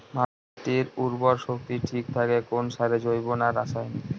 মাটির উর্বর শক্তি ঠিক থাকে কোন সারে জৈব না রাসায়নিক?